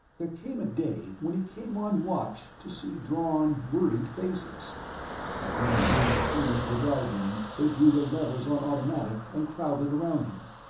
there came a day when he came on watch to see drawn, worried faces and when ringg came into the drive room they threw their levers on automatic and crowded around him,